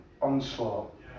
onslaught